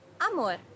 amor